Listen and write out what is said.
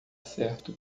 certo